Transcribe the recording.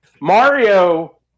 Mario